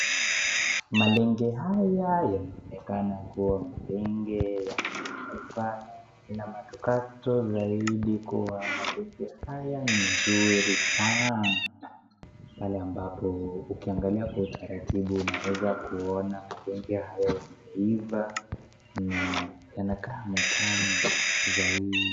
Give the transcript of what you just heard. Malenge haya yanaoneka kuwa malenge ya malenge haya ni mzuri sana, pale ambapo ukiangalia kwa utaratibu utaweza kuona malenge hayo yameiva na yanakaa matamu zaidi.